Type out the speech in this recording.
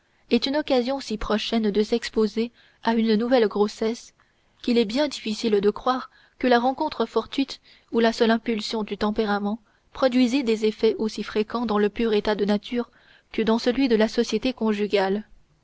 est une occasion si prochaine de s'exposer à une nouvelle grossesse qu'il est bien difficile de croire que la rencontre fortuite ou la seule impulsion du tempérament produisît des effets aussi fréquents dans le pur état de nature que dans celui de la société conjugale